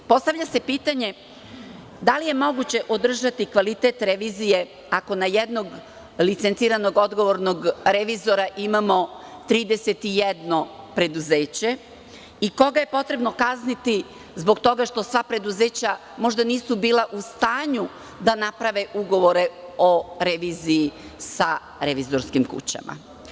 Postavlja se pitanje da li je moguće održati kvalitet revizije ako na jednog licenciranog odgovornog revizora imamo 31 preduzeće i koga je potrebno kazniti zbog toga što sva preduzeća možda nisu bila u stanju da naprave ugovore o reviziji sa revizorskim kućama?